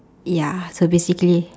ya so basically